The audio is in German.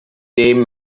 dem